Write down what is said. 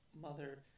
mother